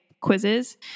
quizzes